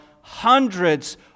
hundreds